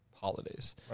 holidays